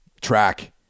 track